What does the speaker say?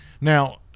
Now